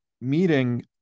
meeting